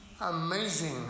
Amazing